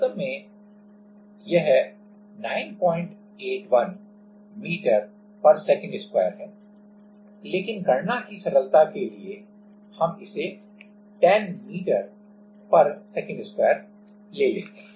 वास्तव में यह 981ms2 है लेकिन गणना की सरलता के लिए हम इसे 10ms2 ले लेते हैं